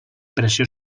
pressió